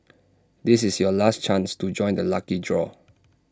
this is your last chance to join the lucky draw